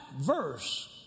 verse